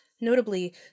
Notably